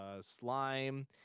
slime